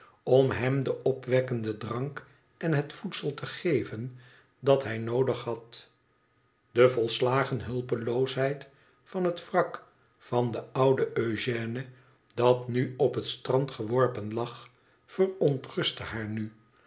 om hem den opwekkenden drank en het voedsel te geven dat hij noodig had de volslagen hulpeloosheid van het wrak van den ouden eugène dat nu oi het strand geworpen lag verontrustte haar nu